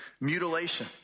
mutilation